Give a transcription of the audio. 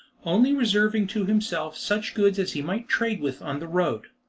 only reserving to himself such goods as he might trade with on the road.